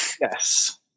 Yes